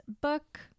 book